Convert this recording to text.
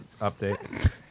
update